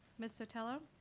ms. sotelo?